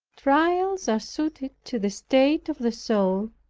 trial are suited to the state of the soul,